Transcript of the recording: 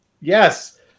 Yes